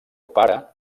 pare